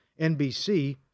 NBC